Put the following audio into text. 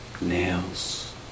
Nails